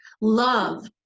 love